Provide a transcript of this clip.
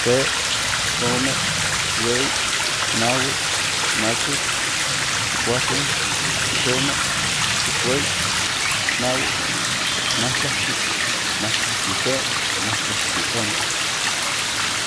Se ome yei nahui makuil chikusen chikome chikhuei chiknahui matlatli matlatli se matlatli ome